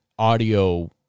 audio